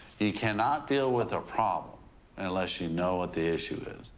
you cannot deal with a problem unless you know what the issue is.